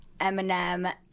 Eminem